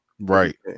Right